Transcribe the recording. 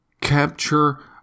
capture